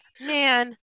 man